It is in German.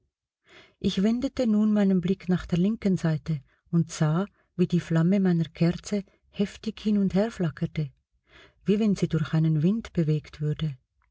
ich wendete nun meinen blick nach der linken seite und sah wie die flamme meiner kerze heftig hin und her flackerte wie wenn sie durch einen wind bewegt würde